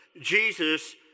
Jesus